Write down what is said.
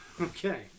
Okay